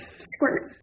Squirt